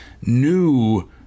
new